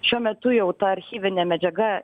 šiuo metu jau ta archyvinė medžiaga